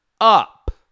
up